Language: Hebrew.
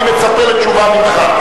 אני מצפה לתשובה ממך.